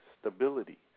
stability